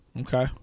Okay